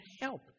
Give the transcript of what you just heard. help